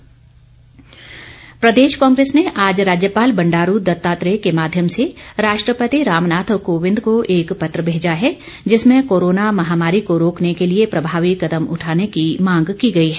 कांग्रेस प्रदेश कांग्रेस ने आज राज्यपाल बंडारू दत्तात्रेय के माध्यम से राष्ट्रपति रामनाथ कोविंद को एक पत्र भेजा है जिसमें कोरोना महामारी को रोकने के लिए प्रभावी कदम उठाने की मांग की गई है